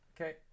okay